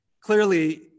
Clearly